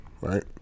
right